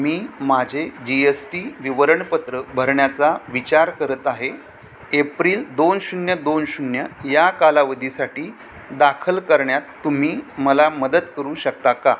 मी माझे G S T विवरणपत्र भरण्याचा विचार करत आहे एप्रील दोन शून्य दोन शून्य या कालावधीसाठी दाखल करण्यात तुम्ही मला मदत करू शकता का